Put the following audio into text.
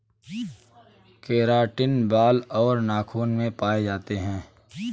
keratin बाल और नाखून में पाए जाते हैं